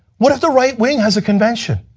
what if the right-wing has a convention?